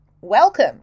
welcome